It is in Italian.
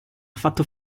fatto